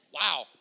Wow